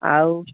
ଆଉ